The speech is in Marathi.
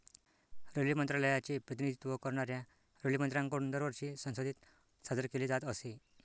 रेल्वे मंत्रालयाचे प्रतिनिधित्व करणाऱ्या रेल्वेमंत्र्यांकडून दरवर्षी संसदेत सादर केले जात असे